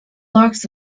larks